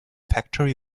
factory